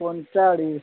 ᱯᱚᱸᱪᱟᱲᱤᱥ